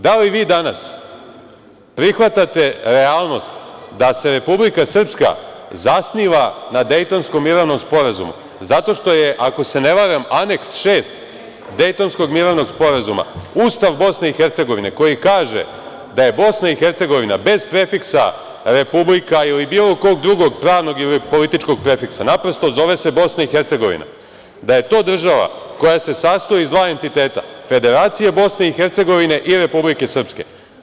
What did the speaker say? Da li vi danas prihvatate realnost da se Republika Srpska zasniva na Dejtonskom mirovnom sporazumu zato što je, ako se ne varam, Aneks šest Dejtonskog mirovnog sporazuma Ustav Bosne i Hercegovine koji kaže da je Bosna i Hercegovina bez prefiksa „republika“ ili bilo kog drugog pravnog ili političkog prefiksa, naprosto, zove se Bosna i Hercegovina, država koja se sastoji iz dva entiteta – Federacije Bosne i Hercegovine i Republike Srpske.